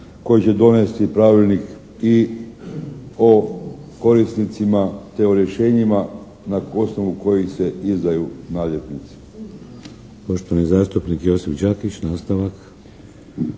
koji će donjesti pravilnik i o korisnicima te o rješenjima na osnovu kojih se izdaju naljepnice.